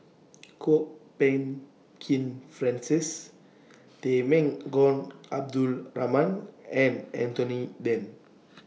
Kwok Peng Kin Francis Temenggong Abdul Rahman and Anthony Then